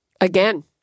again